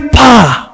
power